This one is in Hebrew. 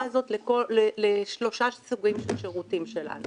הזאת לשלושה סוגים של שירותים שלנו.